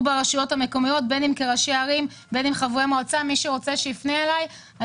ברשויות מקומיות מוזמנים להיפגש איתי,